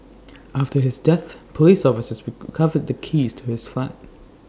after his death Police officers recovered the keys to his flat